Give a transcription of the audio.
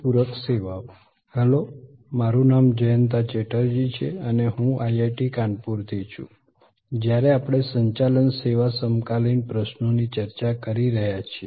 પૂરક સેવાઓ હેલો મારું નામ જયંતા ચેટર્જી છે અને હું IIT કાનપુરથી છુંજ્યારે આપણે સંચાલન સેવા સમકાલીન પ્રશ્નોની ચર્ચા કરી રહ્યા છીએ